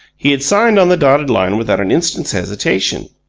he had signed on the dotted line without an instant's hesitation.